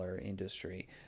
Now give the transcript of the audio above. industry